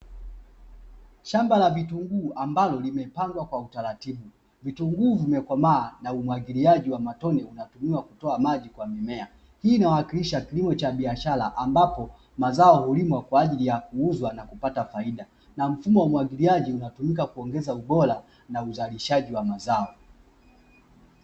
Shamba la vitunguu ambalo limepandwa kwa utaratibu vitunguu vimekomaa na umwagiliaji wa matone linatumiwa kutoa maji kwa mimea hii inawakilisha kilimo cha biashara ambapo mazao hulimwa kwa ajili ya kuuzwa na kupata faida na mfumo wamwagiliaji na kuiweka kuongeza ubora na uzalishaji wa mazao.